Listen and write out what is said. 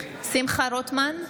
שמחה רוטמן,